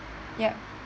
ya